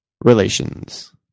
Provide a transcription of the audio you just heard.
relations